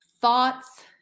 thoughts